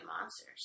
monsters